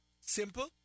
Simple